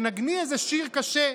תנגני איזה שיר קשה,